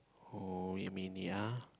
oh you mean ya